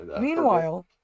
Meanwhile